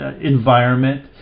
environment